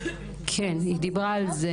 2023,